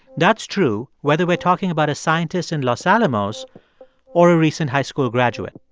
that's true whether we're talking about a scientist in los alamos or a recent high school graduate.